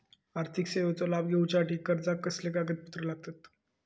आर्थिक सेवेचो लाभ घेवच्यासाठी अर्जाक कसले कागदपत्र लागतत?